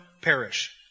perish